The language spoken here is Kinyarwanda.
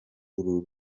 uru